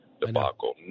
debacle